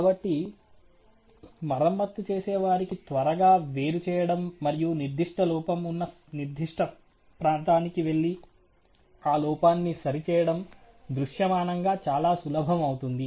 కాబట్టి మరమ్మతు చేసేవారికి త్వరగా వేరుచేయడం మరియు నిర్దిష్ట లోపం ఉన్న నిర్దిష్ట ప్రాంతానికి వెళ్లి ఆ లోపాన్ని సరిచేయడం దృశ్యమానంగా చాలా సులభం అవుతుంది